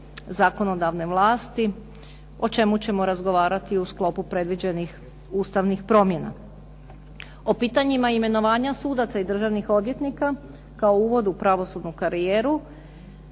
zakonodavne vlasti, o čemu ćemo razgovarati u sklopu predviđenih ustavnih promjena. O pitanjima imenovanja sudaca i državnih odvjetnika, kao uvod u pravosudnu karijeru,